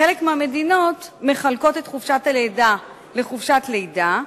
חלק מהמדינות מחלקות את חופשת הלידה לחופשת לידה,